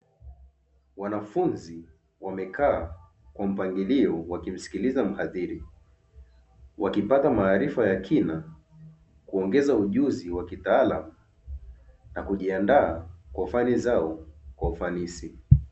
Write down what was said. Wanafunzi wamekaa kwa mpangilio wakimsikiliza mhadhiri, wakipata maarifa ya kina kuongeza ujuzi wa kitaalamu na kujiandaa kwa fani zao kwa ufanisi.